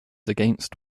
against